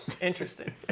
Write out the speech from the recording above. interesting